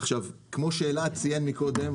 כמו שאלעד מההתאחדות ציין קודם,